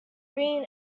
green